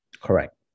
Correct